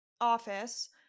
office